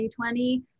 2020